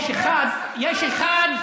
יש אחד,